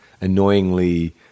annoyingly